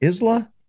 Isla